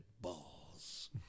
balls